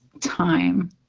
time